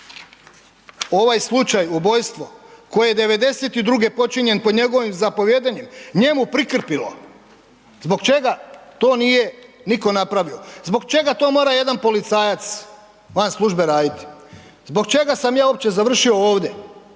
ovaj slučaj ubojstvo koje je '92.-ge počinjen pod njegovim zapovijedanjem njemu prikrpilo? Zbog čega to nije nitko napravio? Zbog čega to mora jedan policajac van službe raditi? Zbog čega sam ja uopće završio ovdje?